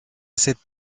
cette